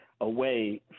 away